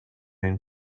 and